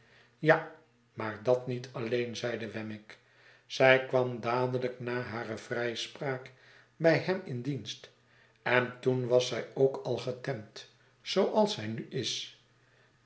ja maar dat niet alleen zeide wemmick zij kwam dadelijk na hare vrijspraak bij hem in dienst en toen was zij ook al getemd zooals zij nu is